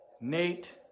Nate